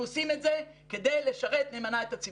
אנחנו עושים את זה כדי לשרת נאמנה את הציבור.